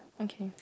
okay